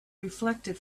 reflected